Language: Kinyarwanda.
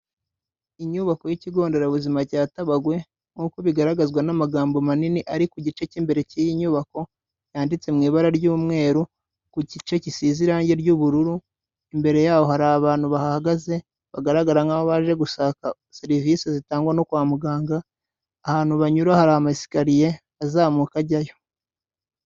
Inyubako y'ikigonderabuzima cya Tabagwe nk'uko bigaragazwa n'amagambo manini ari ku gice cy'imbere cy'iyi nyubako yanditse mu ibara ry'umweru ku gice gisize irangi ry'ubururu, imbere yaho hari abantu bahahagaze bagaragara nkaho baje gushaka serivise zitangwa no kwa muganga. Ahantu banyura hari amasikariye azamuka ajyayo.